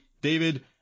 David